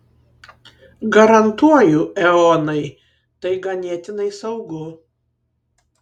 garantuoju eonai tai ganėtinai saugu